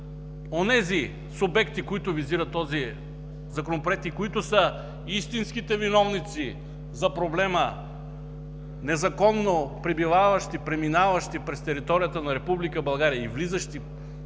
онези субекти, които визира този Законопроект и които са истинските виновници за проблема – незаконно пребиваващи, преминаващи през територията на Република